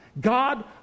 God